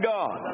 God